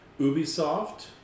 Ubisoft